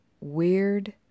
weird